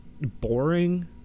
boring